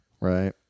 Right